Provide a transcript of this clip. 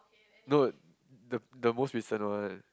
no the the most recent one